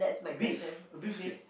beef a beef stick